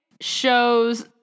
shows